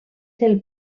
del